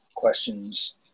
questions